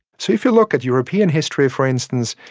so if you look at european history, for instance,